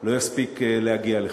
לא יספיק להגיע לכאן.